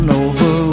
over